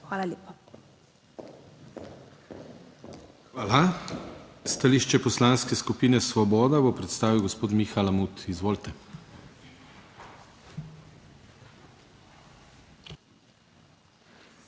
KRIVEC:** Hvala. Stališče Poslanske skupine Svoboda bo predstavil gospod Miha Lamut. Izvolite.